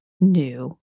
new